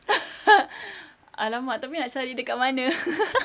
!alamak! tapi nak cari dekat mana